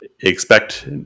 Expect